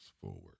forward